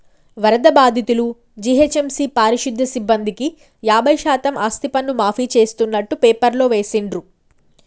వరద బాధితులు, జీహెచ్ఎంసీ పారిశుధ్య సిబ్బందికి యాభై శాతం ఆస్తిపన్ను మాఫీ చేస్తున్నట్టు పేపర్లో వేసిండ్రు